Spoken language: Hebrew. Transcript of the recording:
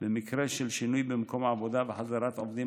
במקרה של שינוי במקום העבודה וחזרת עובדים